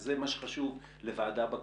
וזה מה שחשוב לוועדה בכנסת,